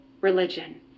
religion